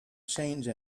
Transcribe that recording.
change